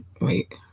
wait